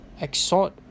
exhort